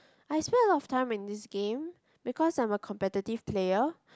I swear a lot of time in this game because I'm a competitive player